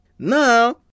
Now